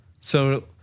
So-